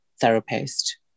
therapist